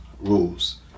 Rules